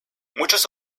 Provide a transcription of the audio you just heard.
muchas